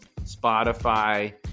Spotify